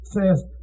says